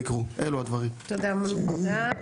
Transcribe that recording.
תודה, מוני.